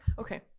Okay